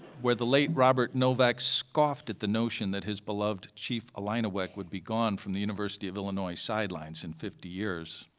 where the late robert novak scoffed at the notion that his beloved chief illiniwek would be gone from the university of illinois sidelines in fifty years.